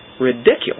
ridiculous